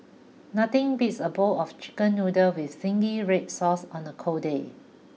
nothing beats a bowl of chicken noodles with Zingy Red Sauce on a cold day